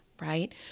right